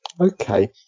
Okay